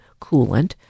coolant